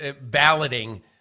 balloting